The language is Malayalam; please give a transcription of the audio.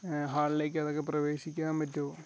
ഹാളിലേക്ക് അതൊക്കെ പ്രവേശിക്കാൻ പറ്റുമോ